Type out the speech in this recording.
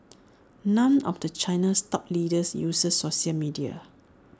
none of the China's top leaders uses social media